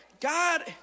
God